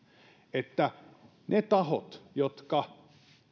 että ne tahot jotka